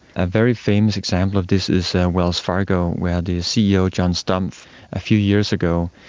a very famous example of this is wells fargo where the ceo john stumpf a few years ago,